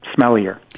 smellier